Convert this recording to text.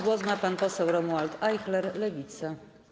Głos ma pan poseł Romuald Ajchler, Lewica.